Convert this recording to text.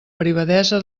privadesa